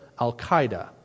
Al-Qaeda